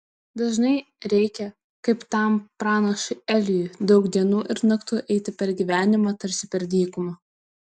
dažnai reikia kaip tam pranašui elijui daug dienų ir naktų eiti per gyvenimą tarsi per dykumą